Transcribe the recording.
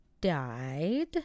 died